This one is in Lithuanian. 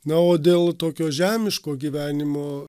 na o dėl tokio žemiško gyvenimo